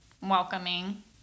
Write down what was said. welcoming